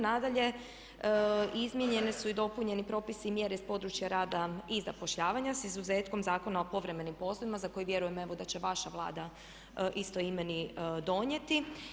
Nadalje, izmijenjeni su i dopunjeni propisi i mjere s područja rada i zapošljavanja s izuzetkom Zakona o povremenim poslovima za koje vjerujem evo da će vaša Vlada istoimeni donijeti.